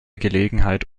gelegenheit